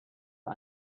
you